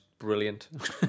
brilliant